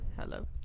Hello